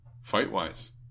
Fight-wise